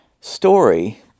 story